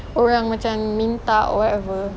orang macam minta or whatever